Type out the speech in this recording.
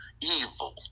evil